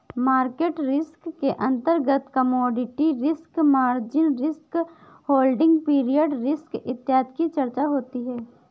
market risk के अंतर्गत commodity risk, margin risk, holding period risk इत्यादि की चर्चा होती है